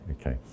okay